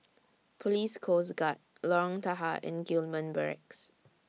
Police Coast Guard Lorong Tahar and Gillman Barracks